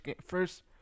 first